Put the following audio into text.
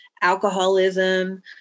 alcoholism